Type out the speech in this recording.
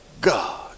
God